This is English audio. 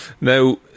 Now